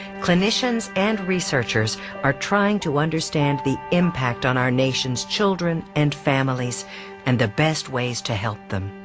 clinicians and researchers are trying to understand the impact on our nation's children and families and the best ways to help them.